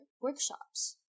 workshops